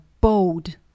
bold